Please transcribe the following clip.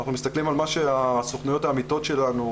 אנחנו מסתכלים על מה שהסוכנויות העמיתות שלנו,